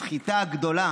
הסחיטה הגדולה